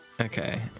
Okay